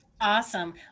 Awesome